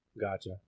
Gotcha